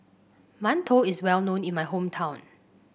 mantou is well known in my hometown